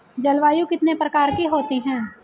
जलवायु कितने प्रकार की होती हैं?